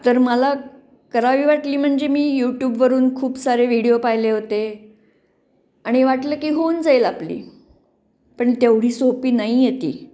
तर मला करावी वाटली म्हणजे मी यूट्यूबवरून खूप सारे व्हिडिओ पाहिले होते आणि वाटलं की होऊन जाईल आपली पण तेवढी सोपी नाही आहे ती